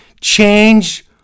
change